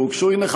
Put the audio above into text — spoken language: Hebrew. הנה,